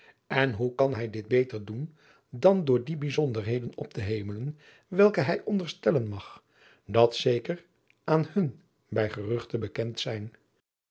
en hoe kan hij dit beter doen dan door die bijzonderheden op te hemelen welke hij onderstellen mag dat zeker aan hun bij geruchte bekend zijn